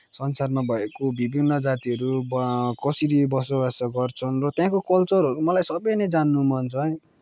संसारमा भएको विभिन्न जातिहरू कसरी बसोबास गर्छन् र त्यहाँको कल्चरहरू मलाई सबै नै जान्नु मन छ है